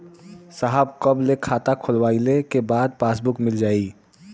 साहब कब ले खाता खोलवाइले के बाद पासबुक मिल जाई?